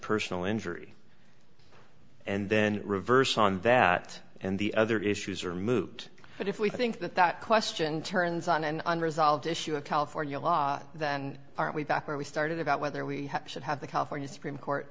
personal injury and then reverse on that and the other issues are moot but if we think that that question turns on an unresolved issue of california law then are we back where we started about whether we should have the california supreme court